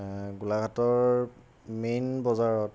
গোলাঘাটৰ মেইন বজাৰত